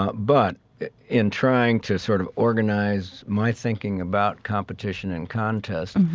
ah but in trying to sort of organize my thinking about competition and contest,